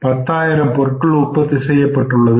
10000 பொருட்கள் உற்பத்தி செய்யப்பட்டுள்ளது